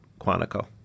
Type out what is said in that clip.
Quantico